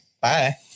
Bye